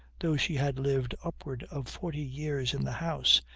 though she had lived upwards of forty years in the house,